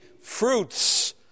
fruits